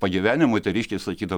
pagyvenę moteriškės sakyda